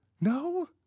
No